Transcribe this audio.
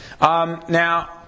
Now